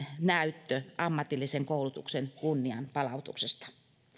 näyttö ammatillisen koulutuksen kunnian palautuksesta